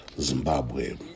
Zimbabwe